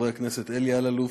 חברי הכנסת אלי אלאלוף,